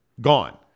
gone